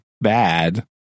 bad